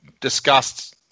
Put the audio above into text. discussed